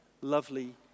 lovely